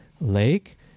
Lake